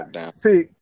see